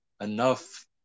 enough